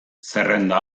zerrenda